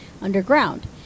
underground